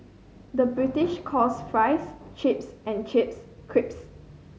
the British calls fries chips and chips creeps